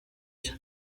cye